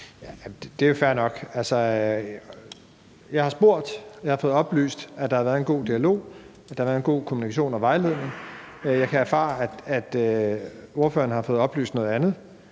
Det er jo fair nok. Jeg har spurgt, og jeg har fået oplyst, at der har været en god dialog, og at der har været en god kommunikation og vejledning. Jeg kan erfare, at ordføreren har fået oplyst noget andet,